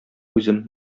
үзем